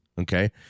Okay